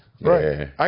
Right